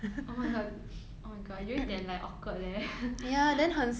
oh my god oh my god 有一点 like awkward leh